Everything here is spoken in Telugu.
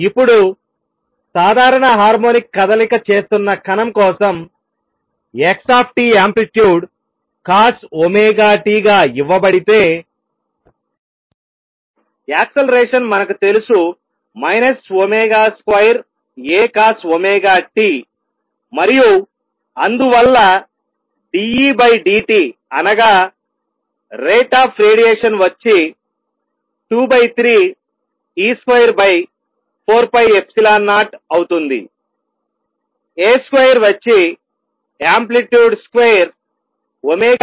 ఇప్పుడు సాధారణ హార్మోనిక్ కదలిక చేస్తున్న కణం కోసం x యాంప్లిట్యూడ్ cosωt గా ఇవ్వబడితేయాక్సలరేషన్ మనకు తెలుసు ω2A cosωt మరియు అందువల్ల d E d t అనగా రేట్ ఆఫ్ రేడియేషన్ వచ్చి 2 3 e2 4 ε0 అవుతుందిA స్క్వేర్ వచ్చి యాంప్లిట్యూడ్ స్క్వేర్ ω4C3